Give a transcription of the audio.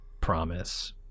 promise